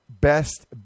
Best